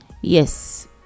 Yes